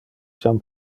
jam